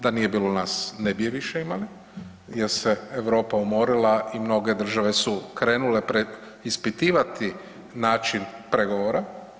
Da nije bilo nas ne bi je više imali, jer se Europa umorila i mnoge države su krenule preispitivati način pregovora.